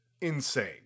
insane